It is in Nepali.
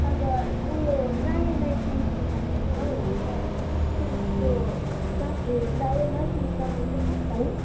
अन्त उयो प्रायः लाईफ साइन्स बिगारेको छ हौ अन्त लाइफ साइन्सको क्लास ए लाइफ साइन्स पढाउने चाहिँ को होला है